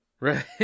Right